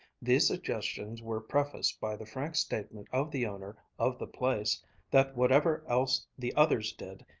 these suggestions were prefaced by the frank statement of the owner of the place that whatever else the others did,